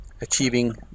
achieving